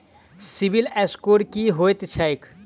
CIBIL score की होइत छैक?